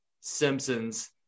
Simpsons